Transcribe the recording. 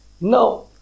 Now